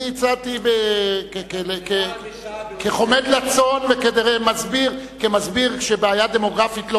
אני הצעתי כחומד לצון וכמסביר שבעיה דמוגרפית לא